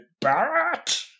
Barrett